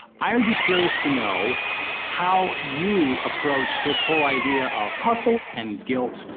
i would be curious to know how you approach this whole idea of hustle. and guilt,